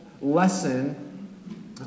lesson